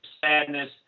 sadness